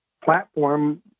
platform